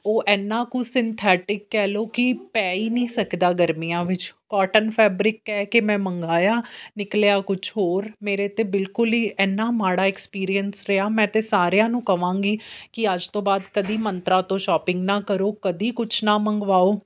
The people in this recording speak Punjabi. ਉਹ ਇੰਨਾ ਕੁ ਸਿੰਥੈਟਿਕ ਕਹਿ ਲਓ ਕਿ ਪੈ ਹੀ ਨਹੀਂ ਸਕਦਾ ਗਰਮੀਆਂ ਵਿੱਚ ਕੋਟਨ ਫੈਬਰਿਕ ਐ ਕੇ ਮੈਂ ਮੰਗਾਇਆ ਨਿਕਲਿਆ ਉਹ ਕੁਛ ਹੋਰ ਮੇਰੇ ਤਾਂ ਬਿਲਕੁਲ ਹੀ ਇੰਨਾ ਮਾੜਾ ਐਕਸਪੀਰੀਅਐਂਸ ਰਿਹਾ ਮੈਂ ਤਾਂ ਸਾਰਿਆਂ ਨੂੰ ਕਹਾਂਗੀ ਕਿ ਅੱਜ ਤੋਂ ਬਾਅਦ ਕਦੇ ਮੰਤਰਾ ਤੋਂ ਸ਼ੋਪਿੰਗ ਨਾ ਕਰੋ ਕਦੇ ਕੁਛ ਨਾ ਮੰਗਵਾਓ